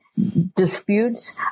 Disputes